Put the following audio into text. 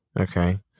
Okay